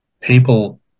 People